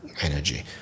energy